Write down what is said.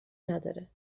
نداره